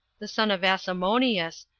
the son of asamoneus,